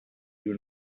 you